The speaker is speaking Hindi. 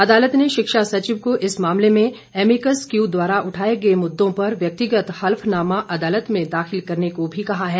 अदालत ने शिक्षा सचिव को इस मामले में एमीकस क्यू द्वारा उठाए गए मुद्दों पर व्यक्तिगत हल्फनामा अदालत में दाखिल करने को भी कहा है